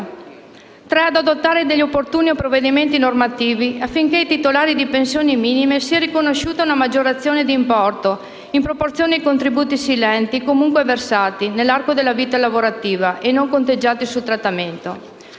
poi di adottare gli opportuni provvedimenti normativi affinché ai titolari di pensioni minime sia riconosciuta una maggiorazione di importo in proporzione ai contributi silenti, comunque versati nell'arco della vita lavorativa e non conteggiati sul trattamento,